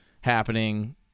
happening